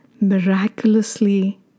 miraculously